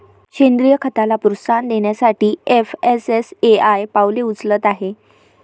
सेंद्रीय खताला प्रोत्साहन देण्यासाठी एफ.एस.एस.ए.आय पावले उचलत आहे